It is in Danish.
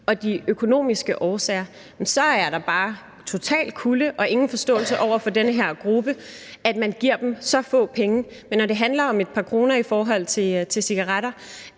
og de økonomiske årsager, så er der bare total kulde og ingen forståelse over for den her gruppe, i forhold til at man giver dem så få penge. Men når det handler om et par kroner i forhold til cigaretter,